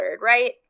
right